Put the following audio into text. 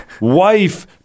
wife